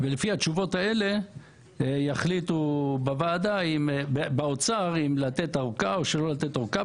ולפי התשובות האלה יחליטו באוצר אם לתת אורכה או שלא לתת אורכה.